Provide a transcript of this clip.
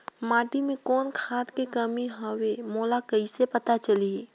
माटी मे कौन खाद के कमी हवे मोला कइसे पता चलही?